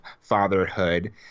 fatherhood